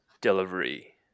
delivery